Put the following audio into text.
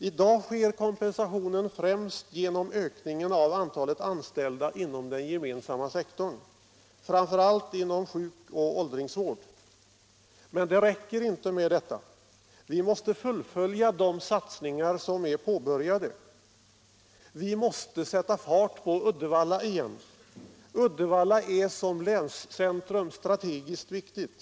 I dag sker kompensationen främst genom ökningen av antalet anställda inom den gemensamma sektorn, framför allt inom sjukvård och åldringsvård. Men det räcker inte med detta. Vi måste sätta fart på Uddevalla igen. Uddevalla är som länscentrum strategiskt viktigt.